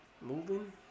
moving